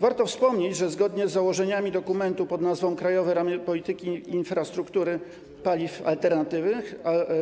Warto wspomnieć, że zgodnie z założeniami dokumentu pn. „Krajowe ramy polityki rozwoju infrastruktury paliw alternatywnych”